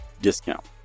discount